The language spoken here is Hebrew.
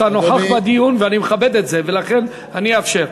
אתה נוכח בדיון ואני מכבד את זה, ולכן אני אאפשר.